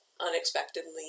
unexpectedly